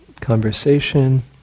conversation